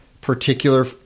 particular